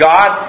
God